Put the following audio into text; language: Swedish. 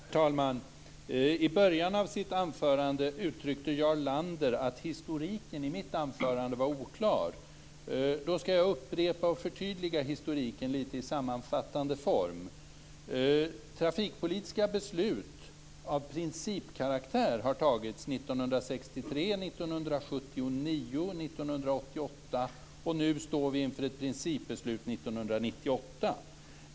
Herr talman! I början av sitt anförande uttryckte Jarl Lander att historiken i mitt anförande var oklar. Då skall jag upprepa och förtydliga historiken litet i sammanfattande form. Trafikpolitiska beslut av principkaraktär har fattats 1963, 1979, 1988, och nu står vi inför ett principbeslut 1998.